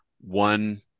One